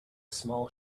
small